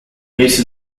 base